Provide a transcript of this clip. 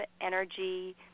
energy